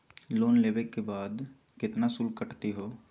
Loan लेवे के बाद केतना शुल्क कटतही हो?